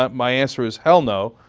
ah my answer is hell no,